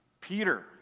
Peter